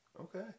Okay